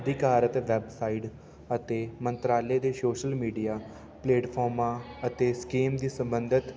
ਅਧਿਕਾਰਤ ਵੈਬਸਾਈਟ ਅਤੇ ਮੰਤਰਾਲੇ ਦੇ ਸੋਸ਼ਲ ਮੀਡੀਆ ਪਲੇਟਫੋਮਾਂ ਅਤੇ ਸਕੀਮ ਦੇ ਸੰਬੰਧਿਤ